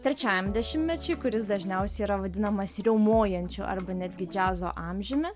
trečiajam dešimtmečiui kuris dažniausiai yra vadinamas riaumojančiu arba netgi džiazo amžiumi